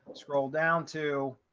scroll down to